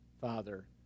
father